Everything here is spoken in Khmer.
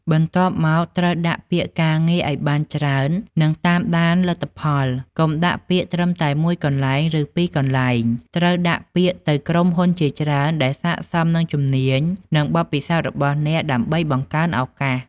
បន្ទាប់មក ត្រូវដាក់ពាក្យការងារឱ្យបានច្រើន និងតាមដានលទ្ធផល កុំដាក់ពាក្យត្រឹមតែមួយកន្លែង ឬពីរកន្លែង ត្រូវដាក់ពាក្យទៅក្រុមហ៊ុនជាច្រើនដែលស័ក្តិសមនឹងជំនាញនិងបទពិសោធន៍របស់អ្នក ដើម្បីបង្កើនឱកាស។